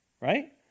right